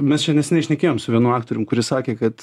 mes čia neseniai šnekėjom su vienu aktorium kuris sakė kad